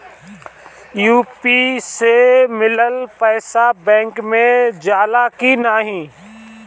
UPI से मिलल पईसा बैंक मे जाला की नाहीं?